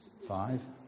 Five